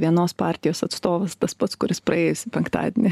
vienos partijos atstovas tas pats kuris praėjusį penktadienį